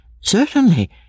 Certainly